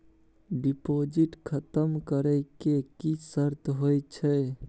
Deposit खतम करे के की सर्त होय छै?